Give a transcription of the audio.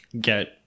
get